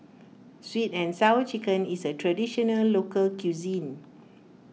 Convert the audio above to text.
Sweet and Sour Chicken is a Traditional Local Cuisine